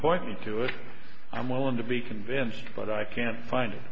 point me to it i'm willing to be convinced but i can't find